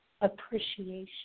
appreciation